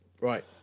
Right